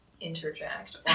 interject